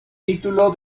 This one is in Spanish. título